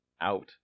Out